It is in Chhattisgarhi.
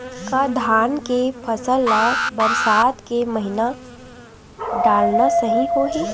का धान के फसल ल बरसात के महिना डालना सही होही?